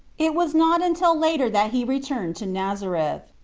it was not until later that he returned to nazareth.